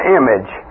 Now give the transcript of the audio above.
image